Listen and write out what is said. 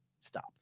Stop